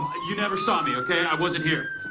you never saw me, okay? i wasn't here.